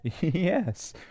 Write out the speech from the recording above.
Yes